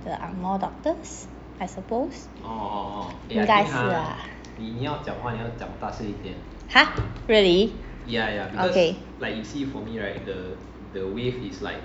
the ang moh doctors I suppose 应该是啊 !huh! really okay